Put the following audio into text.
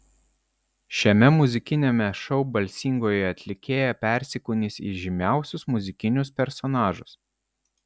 šiame muzikiniame šou balsingoji atlikėja persikūnys į žymiausius muzikinius personažus